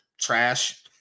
Trash